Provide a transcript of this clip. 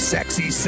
Sexy